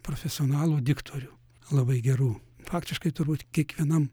profesionalų diktorių labai gerų faktiškai turbūt kiekvienam